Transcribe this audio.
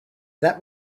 that